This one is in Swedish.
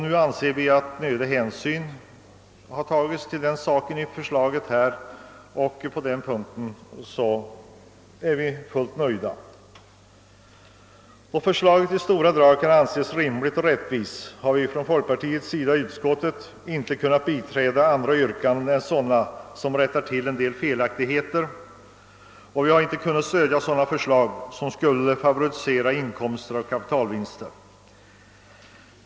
Nu anser vi att nödig hänsyn har tagits härtill i förslaget, och på den punkten är vi alltså fullt nöjda. Då förslaget i stora drag kan anses rimligt och rättvist har folkpartiets representanter i utskottet inte kunnat biträda andra yrkanden än sådana som rättar till en del felaktigheter. Vi har inte ansett oss kunna stödja sådana förslag som innebär en favorisering av inkomster av kapitalvinster.